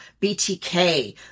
BTK